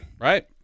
Right